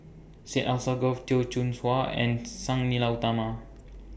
Syed Alsagoff Teo Soon Chuan and Sang Nila Utama